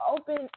open